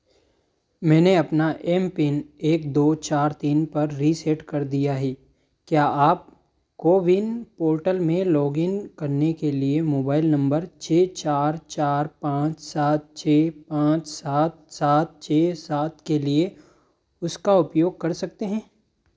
मैंने अपना M pin एक दो चार तीन पर रीसेट कर दिया है क्या आप कोविन पोर्टल में लॉगइन करने के लिए मोबाइल नंबर छः चार चार पाँच सात छः पाँच सात सात छः सात के लिए उसका उपयोग कर सकते हैं